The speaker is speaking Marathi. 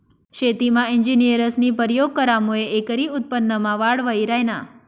शेतीमा इंजिनियरस्नी परयोग करामुये एकरी उत्पन्नमा वाढ व्हयी ह्रायनी